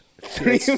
Three